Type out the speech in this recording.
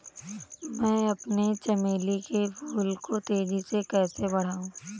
मैं अपने चमेली के फूल को तेजी से कैसे बढाऊं?